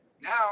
Now